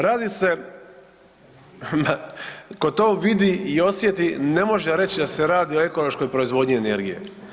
Radi se, tko to vidi i osjeti ne može reći da se radi o ekološkoj proizvodnji energije.